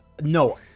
no